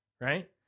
right